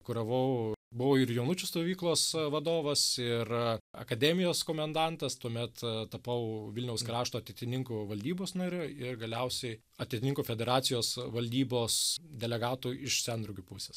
kuravau buvau ir jaunučių stovyklos vadovas ir akademijos komendantas tuomet tapau vilniaus krašto ateitininkų valdybos nariu ir galiausiai ateitininkų federacijos valdybos delegatų iš sendraugių pusės